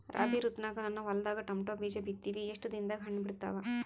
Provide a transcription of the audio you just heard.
ರಾಬಿ ಋತುನಾಗ ನನ್ನ ಹೊಲದಾಗ ಟೊಮೇಟೊ ಬೀಜ ಬಿತ್ತಿವಿ, ಎಷ್ಟು ದಿನದಾಗ ಹಣ್ಣ ಬಿಡ್ತಾವ?